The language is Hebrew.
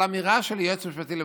יש אמירה של יועץ משפטי לממשלה,